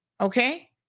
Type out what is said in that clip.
Okay